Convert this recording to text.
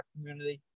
community